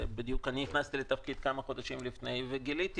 אני נכנסתי לתפקיד כמה חודשים לפני כן וגיליתי